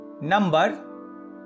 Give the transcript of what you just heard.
number